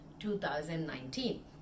2019